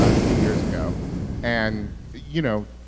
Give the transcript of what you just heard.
ah two years ago and, you know,